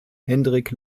hendrik